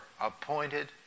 appointed